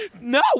No